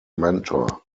mentor